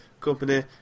company